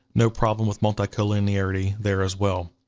no problem with multicollinearity there as well.